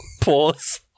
Pause